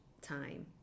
time